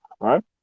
right